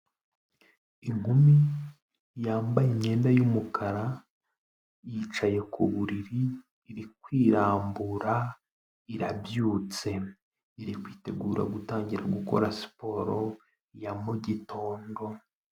Inkumi yambaye imyenda y'umukara, yicaye ku buriri iri kwirambura irabyutse, iri kwitegura gutangira gukora siporo ya mugitondo.